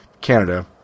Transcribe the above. Canada